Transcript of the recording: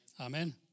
Amen